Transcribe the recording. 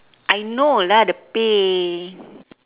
I know lah the pay